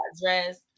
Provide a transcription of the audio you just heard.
dress